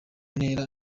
ntera